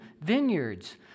vineyards